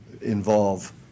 involve